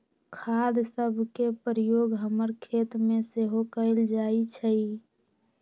खाद सभके प्रयोग हमर खेतमें सेहो कएल जाइ छइ